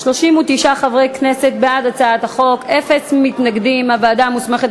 את הצעת חוק בתי-דין רבניים (קיום פסקי-דין של גירושין) (תיקון,